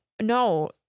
no